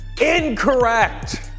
incorrect